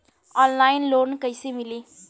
Online loan कइसे मिली?